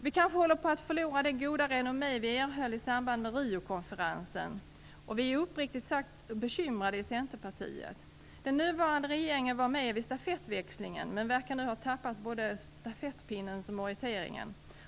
Vi håller kanske på att förlora det goda renommé vi erhöll i samband med Riokonferensen. Vi i Centerpartiet är uppriktigt bekymrade. Den nuvarande regeringen var med vid stafettväxlingen men verkar nu ha tappat både stafettpinnen och orienteringen.